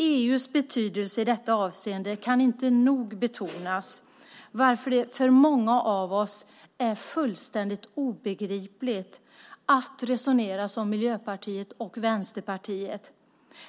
EU:s betydelse i detta avseende kan inte nog betonas, varför det för många av oss är fullständigt obegripligt att resonera som Miljöpartiet och Vänsterpartiet.